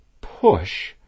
push